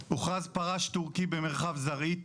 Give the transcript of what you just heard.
פרש תורכי במרחב זרעית,